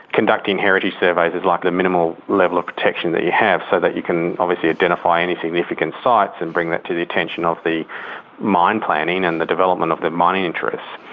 conducting heritage surveys is like the minimal level of protection that you have, so that you can obviously identify any significant sites and bring that to the attention of the mine planning and the development of the mining interests.